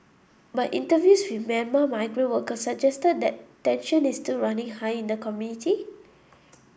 but interviews with Myanmar migrant workers suggested that tension is still running high in the community